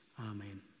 Amen